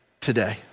today